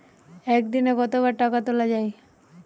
একদিনে কতবার টাকা তোলা য়ায়?